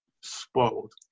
spoiled